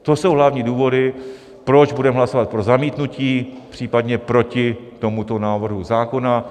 To jsou hlavní důvody, proč budeme hlasovat pro zamítnutí, případně proti tomuto návrhu zákona.